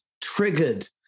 triggered